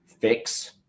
fix